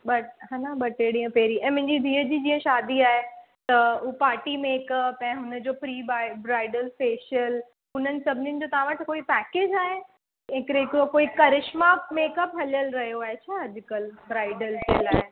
ॿ हा न ॿ टे ॾींहं पंहिरीं मुंहिंजी धीअ जी जीअं शादी आहे त हो पार्टी मेकअप ऐं हुन जो प्री ब्राए ब्राइडल फ़ैशियल हुननि सभिनीनि जो तव्हां वटि कोई पैकेज आहे हिकिड़े हिकिड़ो कोई करिशमा मेकअप हलियल रहियो आहे छा अॼकल्ह ब्राइडल जे लाइ